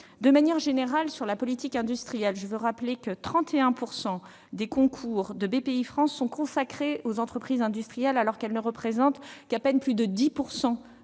De manière générale, sur la politique industrielle, 31 % des concours de Bpifrance sont consacrés aux entreprises industrielles, alors qu'elles ne représentent qu'à peine plus de 10